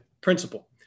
principle